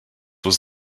was